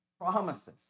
promises